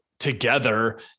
Together